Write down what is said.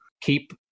keep